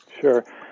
Sure